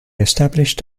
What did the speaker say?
established